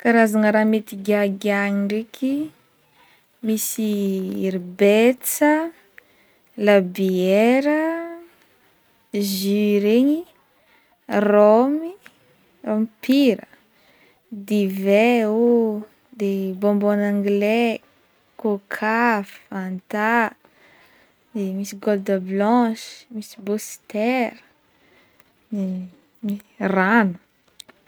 Karazagna raha mety giagiagna ndraiky misy ry betsa, labiera, jus regny, rhomy, rhomy pira, divay ooo de bonbon anglais, coca, fanta, de misy gold blanche misy booster, rano.